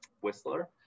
Whistler